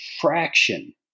fraction